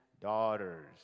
daughters